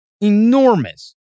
enormous